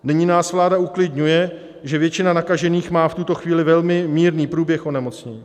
Nyní nás vláda uklidňuje, že většina nakažených má v tuto chvíli velmi mírný průběh onemocnění.